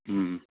ꯎꯝ